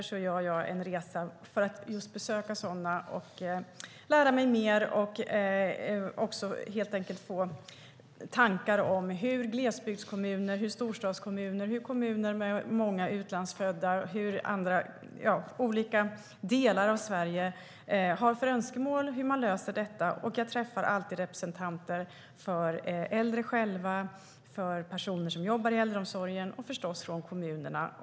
Jag gör resan för att lära mig mer och helt enkelt få tankar om vilka önskemål som finns i glesbygdskommuner, storstadskommuner och kommuner med många utlandsfödda och hur vi löser det; det gäller olika delar av Sverige. Jag träffar alltid representanter för de äldre, för personer som jobbar i äldreomsorgen och förstås för kommunerna.